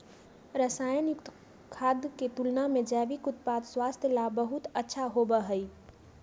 रसायन युक्त खाद्य के तुलना में जैविक उत्पाद स्वास्थ्य ला बहुत अच्छा होबा हई